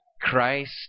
Christ